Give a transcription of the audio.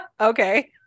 okay